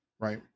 right